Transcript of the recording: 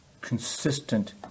consistent